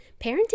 parenting